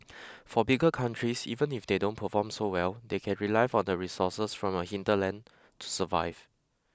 for bigger countries even if they don't perform so well they can rely on the resources from your hinterland to survive